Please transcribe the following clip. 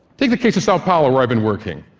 take the case of sao paulo, where i've been working.